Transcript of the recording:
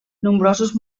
nombrosos